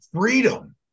freedom